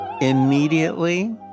immediately